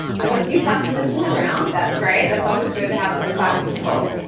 there's a few pessimists in the room. that's great. that's always good to have a balance of both.